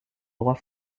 droit